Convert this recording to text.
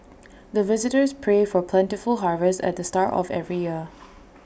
the visitors pray for plentiful harvest at the start of every year